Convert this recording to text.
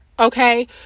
Okay